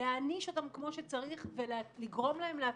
להעניש אותם כמו שצריך ולגרום להם להפסיק.